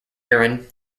urine